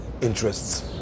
interests